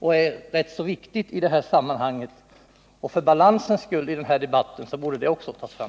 Det vore rätt viktigt att få ett svar på detta, och det skulle som sagt skapa en viss balans i debatten.